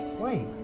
Wait